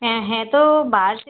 हैं हैं तो बाहर से सर